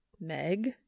Meg